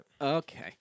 Okay